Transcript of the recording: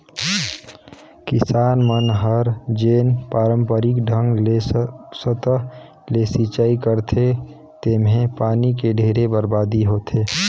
किसान मन हर जेन पांरपरिक ढंग ले सतह ले सिचई करथे तेम्हे पानी के ढेरे बरबादी होथे